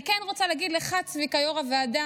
אני כן רוצה להגיד לך, צביקה, יו"ר הוועדה,